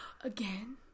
again